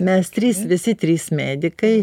mes trys visi trys medikai